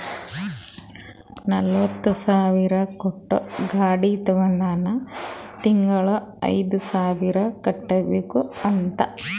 ನಲ್ವತ ಸಾವಿರ್ ಕೊಟ್ಟು ಗಾಡಿ ತೊಂಡಾನ ತಿಂಗಳಾ ಐಯ್ದು ಸಾವಿರ್ ಕಟ್ಬೇಕ್ ಅಂತ್